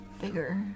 Bigger